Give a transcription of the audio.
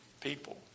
people